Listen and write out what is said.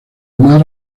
mar